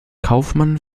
kaufmann